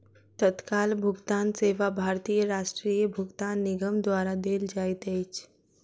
तत्काल भुगतान सेवा भारतीय राष्ट्रीय भुगतान निगम द्वारा देल जाइत अछि